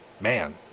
man